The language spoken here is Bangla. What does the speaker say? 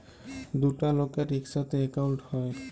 দুটা লকের ইকসাথে একাউল্ট হ্যয়